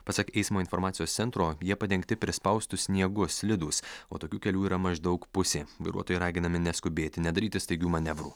pasak eismo informacijos centro jie padengti prispaustu sniegu slidūs o tokių kelių yra maždaug pusė vairuotojai raginami neskubėti nedaryti staigių manevrų